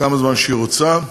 כמה זמן שהיא רוצה.